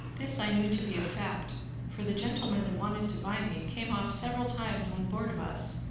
this i knew to be a fact for the gentleman that wanted to buy me came off several times on board of us,